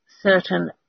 Certain